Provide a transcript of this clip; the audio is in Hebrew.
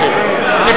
רותם,